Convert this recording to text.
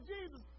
Jesus